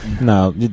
No